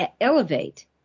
elevate